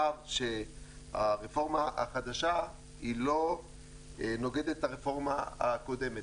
שהרפורמה החדשה לא נוגדת את הרפורמה הקודמת.